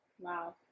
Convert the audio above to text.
Wow